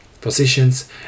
Positions